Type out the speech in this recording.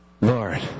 Lord